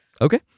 Okay